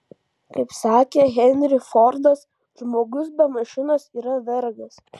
kaip sakė henry fordas žmogus be mašinos yra vergas